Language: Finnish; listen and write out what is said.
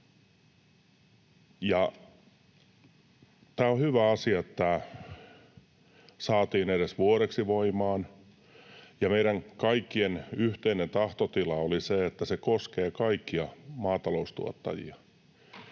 On hyvä asia, että tämä saatiin edes vuodeksi voimaan, ja meidän kaikkien yhteinen tahtotila oli se, että se koskee kaikkia maataloustuottajia.